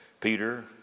Peter